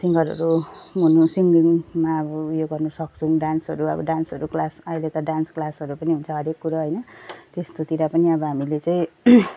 सिङ्गरहरू हुनु चाहिँ अब मेनमा अब उयो गर्नु सक्छौँ डान्सहरू अब डान्सहरू क्लासहरू अहिले त डान्स क्लासहरू पनि हुन्छ हरएक कुरो होइन त्यस्तोतिर पनि अब हामीले चाहिँ